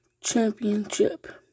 Championship